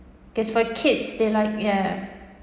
because for kids they like ya